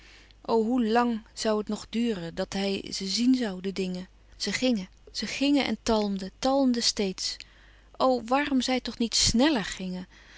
hoe lang zoû het nog duren dat hij ze zien zoû de dingen ze gingen ze gingen en talmden talmden steeds o waarom zij toch niet snèller gingen